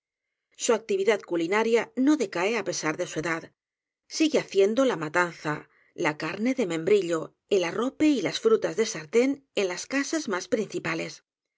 su actividad culinaria no decae á pesar de su edad sigue haciendo la matanza la carne de mem brillo el arrope y las frutas de sartén en las casas más principales